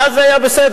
ואז זה היה בסדר.